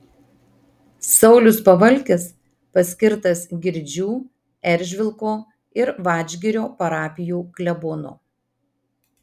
saulius pavalkis paskirtas girdžių eržvilko ir vadžgirio parapijų klebonu